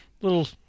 little